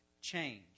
change